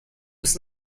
des